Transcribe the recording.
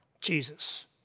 Jesus